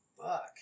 Fuck